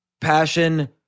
passion